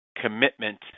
commitment